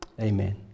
Amen